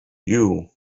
you